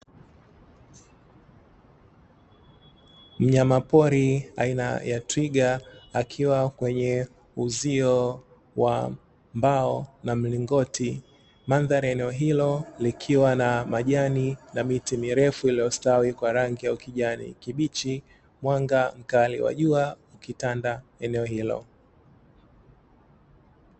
Mnyama pori aina ya twiga akiwa kwenye uzio wa mbao na milingoti. Mandhari ya eneo hilo likiwa na majani na miti mirefu iliyostawi kwa rangi ya ukijani kibichi, mwanga mkali wa jua ukitanda eneo hilo.